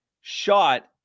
shot